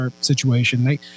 situation